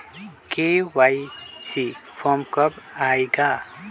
KYC form कब आए गा?